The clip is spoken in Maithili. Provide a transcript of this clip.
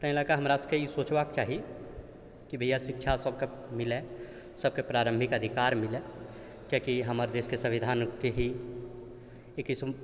ताहि लऽ कऽ हमरासबके ई सोचबाक चाही कि भैआ शिक्षा सबके मिलै सबके प्रारम्भिक अधिकार मिलै कियाकि हमर देशके संविधान ही एकैसम